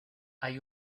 hay